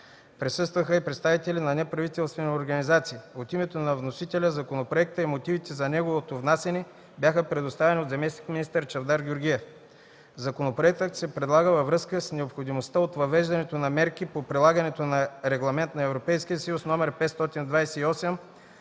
Присъстваха и представители на неправителствени организации. От името на вносителя законопроектът и мотивите за неговото внасяне бяха представени от зам.-министър Чавдар Георгиев. Законопроектът се предлага във връзка с необходимостта от въвеждането на мерки по прилагането на Регламент (ЕС) № 528/2012